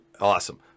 Awesome